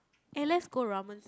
eh let's go romance